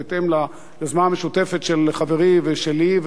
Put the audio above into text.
בהתאם ליוזמה המשותפת של חברי ושלי,